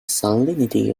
salinity